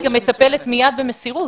היא גם מטפלת מייד במסירות,